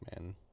man